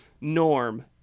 norm